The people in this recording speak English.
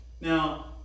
now